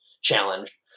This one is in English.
challenge